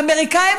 האמריקנים,